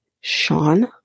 Sean